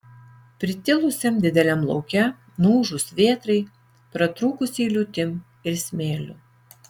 pritilusiam dideliam lauke nuūžus vėtrai pratrūkusiai liūtim ir smėliu